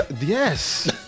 yes